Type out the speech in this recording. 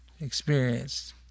experienced